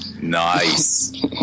nice